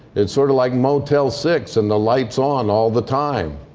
it's sort of like motel six, and the light's on all the time.